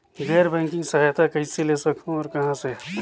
गैर बैंकिंग सहायता कइसे ले सकहुं और कहाँ से?